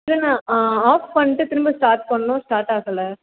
இல்ல அண்ணா ஆஃப் பண்ணிட்டு திரும்ப ஸ்டார்ட் பண்ணோம் ஸ்டார்ட் ஆகலை